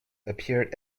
appeared